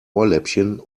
ohrläppchen